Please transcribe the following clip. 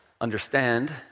Understand